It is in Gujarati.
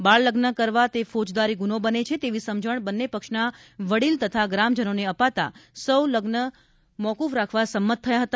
બાળલગ્ન કરવા તે ફોજદારી ગ્રુનો બને છે તેવી સમજણ બંને પક્ષના વડીલ તથા ગ્રામજનોને અપાતા સૌ લગ્ન મોકુફ રાખવા સંમત થયા હતા